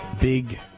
Big